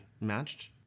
matched